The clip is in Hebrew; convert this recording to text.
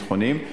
ביטחוניים.